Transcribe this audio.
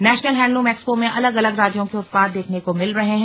national handloom expo में अलग अलग राज्यों के उत्पाद देखने को मिल रहे हैं